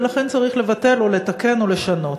ולכן צריך לבטל או לתקן או לשנות.